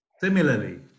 Similarly